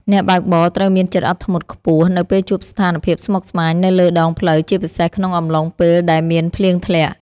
អ្នកបើកបរត្រូវមានចិត្តអត់ធ្មត់ខ្ពស់នៅពេលជួបស្ថានភាពស្មុគស្មាញនៅលើដងផ្លូវជាពិសេសក្នុងអំឡុងពេលដែលមានភ្លៀងធ្លាក់។